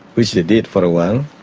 which they did for a while,